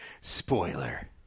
Spoiler